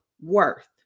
worth